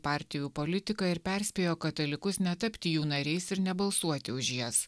partijų politiką ir perspėjo katalikus netapti jų nariais ir nebalsuoti už jas